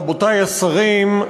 רבותי השרים,